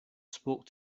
spoke